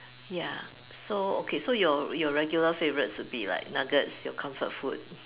ya so okay so your your regular favourites would be like nuggets your comfort food